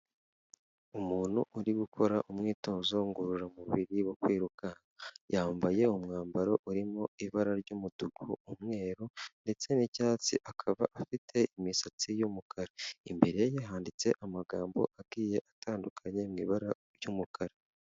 Umuntu uri gukora umwitozo ngororamubiri wo kwiruka, yambaye umwambaro urimo ibara ry'umutuku, umweru ndetse n'icyatsi akaba afite imisatsi y'umukara, imbere ye handitse amagambo agiye atandukanye mu ibara ry'umukara.